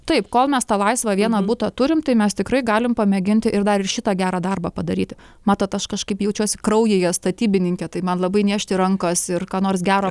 taip kol mes tą laisvą vieną butą turim tai mes tikrai galim pamėginti ir dar ir šitą gerą darbą padaryti matot aš kažkaip jaučiuosi kraujyje statybininkė tai man labai niežti rankos ir ką nors gero